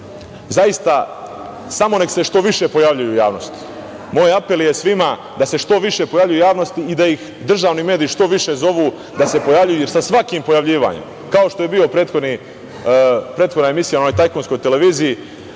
zaista samo nek se što više pojavljuju u javnosti. Moj apel je svima da se što više pojavljuju u javnosti i da ih državni mediji što više zovu da se pojavljuju, jer sa svakim pojavljivanjem kao što je bila prethodna emisija na onoj tajkunskoj televiziji